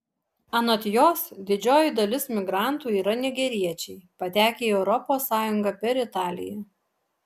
anot jos didžioji dalis migrantų yra nigeriečiai patekę į europos sąjungą per italiją